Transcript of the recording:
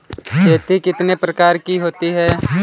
खेती कितने प्रकार की होती है?